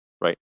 Right